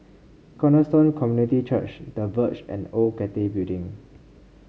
Cornerstone Community Church The Verge and Old Cathay Building